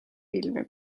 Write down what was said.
filmi